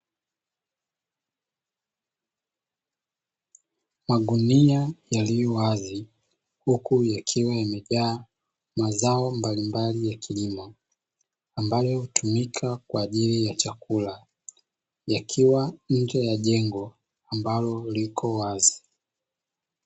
Magunia yaliyo wazi huku yakiwa yamejaa mazao mbalimbali ya kilimo ambayo hutumika kwa ajili ya chakula, yakiwa nje ya jengo ambalo liko wazi.